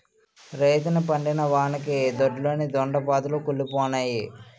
రేతిరి పడిన వానకి దొడ్లోని దొండ పాదులు కుల్లిపోనాయి